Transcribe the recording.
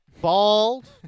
Bald